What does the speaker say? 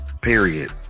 period